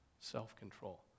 self-control